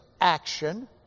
action